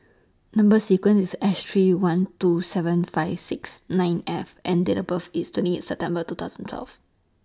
Number sequence IS S three one two seven five six nine F and Date of birth IS twenty eight September two thousand twelve